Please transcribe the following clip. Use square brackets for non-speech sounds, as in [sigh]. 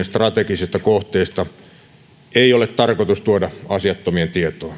[unintelligible] strategisista kohteista ei ole tarkoitus tuoda asiattomien tietoon